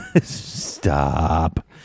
stop